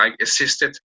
assisted